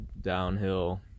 downhill